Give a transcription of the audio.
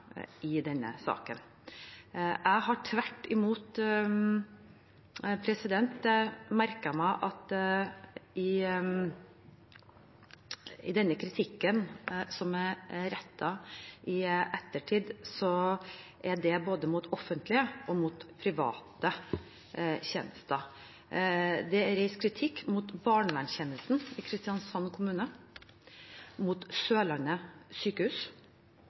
i denne saken. Jeg har tvert imot merket meg at den kritikken som er rettet i ettertid, er rettet både mot offentlige og mot private tjenester. Det er reist kritikk mot barnevernstjenesten i Kristiansand kommune og mot Sørlandet sykehus.